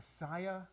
Messiah